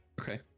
Okay